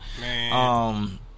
Man